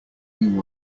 new